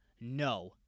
No